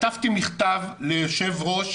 כתבתי מכתב ליושב ראש